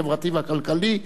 החברתי והכלכלי,